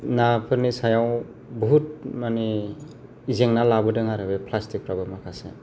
नाफोरनि सायाव बुहुथ मानि जेंना लाबोदों आरो बे प्लासटिकफ्राबो माखासे